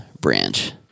branch